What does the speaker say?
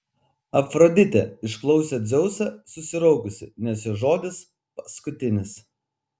afroditė išklausė dzeusą susiraukusi nes jo žodis paskutinis